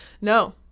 No